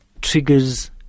triggers